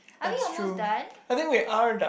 it's true I think we are that